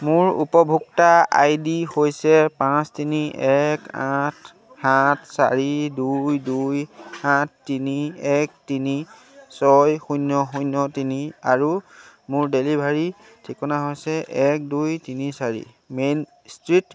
মোৰ উপভোক্তা I D হৈছে পাঁচ তিনি এক আঠ সাত চাৰি দুই দুই সাত তিনি এক তিনি ছয় শূন্য শূ্ন্য তিনি আৰু মোৰ ডেলিভাৰী ঠিকনা হৈছে এক দুই তিনি চাৰি মেইন ষ্ট্ৰীট